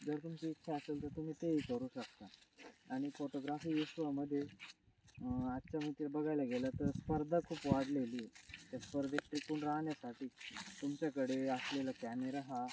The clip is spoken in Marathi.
जर तुमची इच्छा असेल तर तुम्ही तेही करू शकता आणि फोटोग्राफी विश्वामध्ये आजच्या मितीला बघायला गेलं तर स्पर्धा खूप वाढलेली आहे त्या स्पर्धेत टिकून राहण्यासाठी तुमच्याकडे असलेला कॅमेरा हा